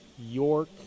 York